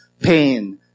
pain